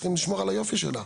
צריך לשמור על היופי שלה.